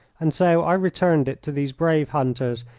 and so i returned it to these brave hunters,